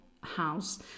house